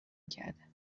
کرده